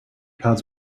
pads